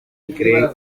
gray